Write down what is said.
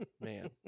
man